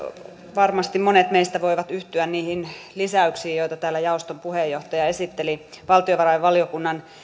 varmasti monet meistä voivat yhtyä niihin lisäyksiin joita täällä jaoston puheenjohtaja esitteli valtiovarainvaliokunnan